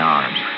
arms